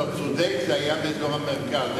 אתה צודק, זה היה באזור המרכז.